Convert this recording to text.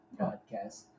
podcast